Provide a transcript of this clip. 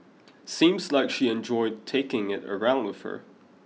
seems like she enjoyed taking it around with her